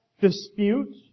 dispute